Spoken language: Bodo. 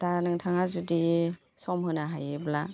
दा नोंथाङा जुदि सम होनो हायोब्ला